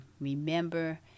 remember